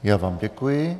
Já vám děkuji.